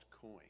coin